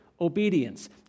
obedience